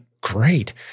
great